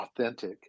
authentic